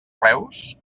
reus